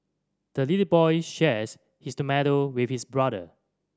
the little boy shares his tomato with his brother